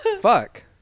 fuck